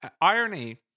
Irony